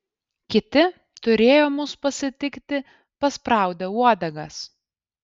kiti turėjo mus pasitikti paspraudę uodegas